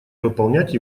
выполнять